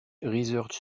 research